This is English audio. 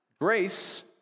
Grace